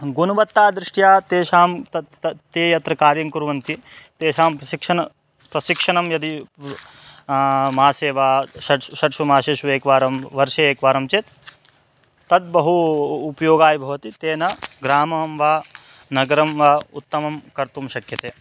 गुणवत्ता दृष्ट्या तेषां तत् त ते यत्र कार्यं कुर्वन्ति तेषां प्रशिक्षणं प्रशिक्षणं यदि वा मासे वा षट् षट्सु मासेषु एकवारं वर्षे एकवारं चेत् तत् बहु उपयोगाय भवति तेन ग्रामं वा नगरं वा उत्तमं कर्तुं शक्यते